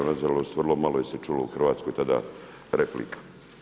Na žalost vrlo malo se čulo u Hrvatskoj tada replika.